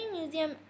museum